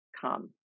come